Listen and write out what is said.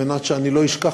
על מנת שאני לא אשכח,